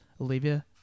Olivia